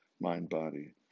mind-body